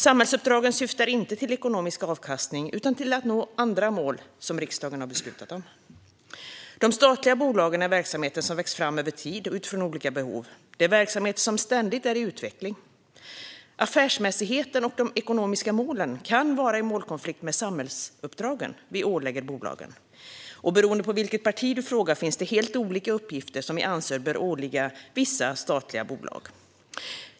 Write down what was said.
Samhällsuppdragen syftar inte till ekonomisk avkastning utan till att nå andra mål som riksdagen har beslutat om. De statliga bolagen är verksamheter som vuxit fram över tid och utifrån olika behov. Det är verksamheter som ständigt är i utveckling. Affärsmässigheten och de ekonomiska målen kan vara i målkonflikt med de samhällsuppdrag vi ålägger bolagen. Beroende på vilket parti du frågar finns det helt olika uppgifter som vi anser bör åligga vissa statliga bolag.